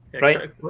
right